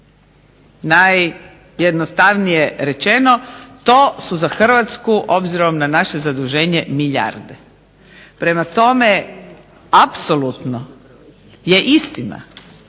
Najjednostavnije rečeno to su za Hrvatsku obzirom na naše zaduženje milijarde. Prema tome, apsolutno je istina